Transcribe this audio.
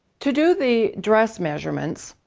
to do the dress measurements,